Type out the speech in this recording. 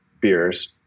beers